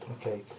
Okay